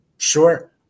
Sure